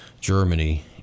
Germany